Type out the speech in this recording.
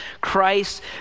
Christ